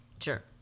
sure